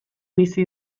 bizi